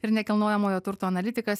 ir nekilnojamojo turto analitikas